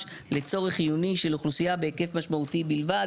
לצורך חיוני של אוכלוסייה בהיקף משמעותי בלבד".